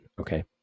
okay